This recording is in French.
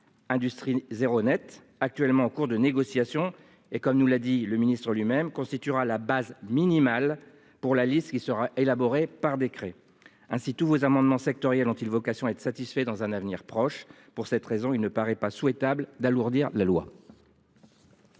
Industrie zéro Net actuellement en cours de négociation et comme nous l'a dit le ministre lui-même constituera la base minimale pour la liste qui sera élaboré par décret ainsi tous vos amendements sectoriels ont-ils vocation à être satisfait dans un avenir proche pour cette raison, il ne paraît pas souhaitable d'alourdir la loi.